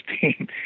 team